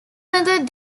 method